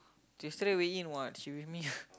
yesterday weigh in [what] she with me